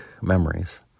memories